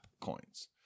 coins